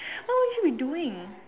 what would you be doing